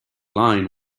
line